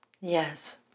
Yes